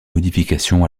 modifications